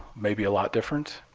maybe a lot different,